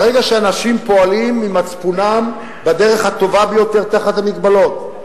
ברגע שאנשים פועלים ממצפונם בדרך הטובה ביותר תחת המגבלות,